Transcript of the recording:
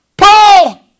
Paul